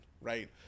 right